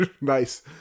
nice